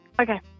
Okay